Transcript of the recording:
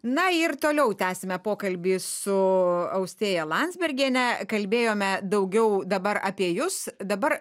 na ir toliau tęsiame pokalbį su austėja landsbergiene kalbėjome daugiau dabar apie jus dabar